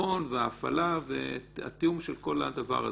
הביטחון וההפעלה והתיאום של כל הדבר הזה.